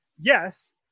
Yes